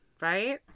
right